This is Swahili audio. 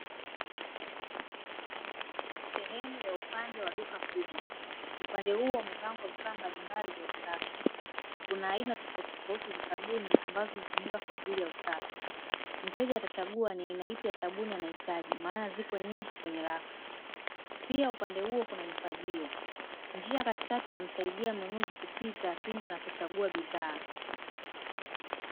Sehemu ya upande wa duka kubwa upande huo umepangwa vifaa mbalimbali vya usafi, kuna aina tofautitofauti za sabuni ambazo hutumika kwa ajili ya usafi. Mteja atachagua ni aina ipi ya sabuni anahitaji maana ziko nyingi kwenye rafu. Pia upande huo kuna mifagio, njia ya katikati inamsaidia mnunuzi kupita pindi anapochagua bidhaa.